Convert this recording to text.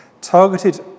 targeted